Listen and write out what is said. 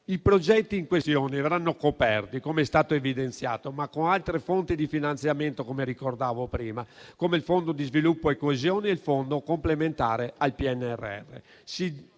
I progetti in questione verranno coperti, come è stato evidenziato, ma con altre fonti di finanziamento, come ricordavo prima, come il Fondo di sviluppo e coesione e il Fondo complementare al PNRR.